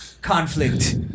conflict